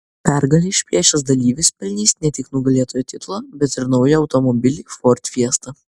pergalę išplėšęs dalyvis pelnys ne tik nugalėtojo titulą bet ir naują automobilį ford fiesta